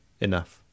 enough